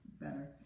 better